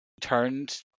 turned